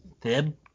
fib